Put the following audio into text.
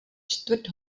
čtvrt